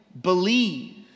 believe